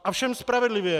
Ovšem spravedlivě!